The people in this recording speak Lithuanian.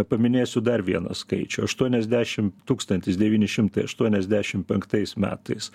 paminėsiu dar vieną skaičių aštuoniasdešim tūkstantis devyni šimtai aštuoniasdešim penktais metais